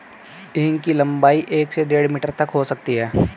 हींग की लंबाई एक से डेढ़ मीटर तक हो सकती है